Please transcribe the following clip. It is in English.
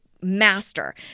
master